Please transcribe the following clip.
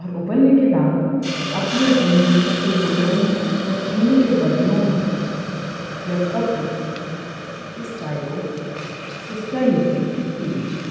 اور ابلنے کے بعد اپنے اپنے مٹّی کے کلہڑ میں یا چینی کے برتنوں میں یا کپ میں اس چائے کو چسکیاں لے کے پی لیجیے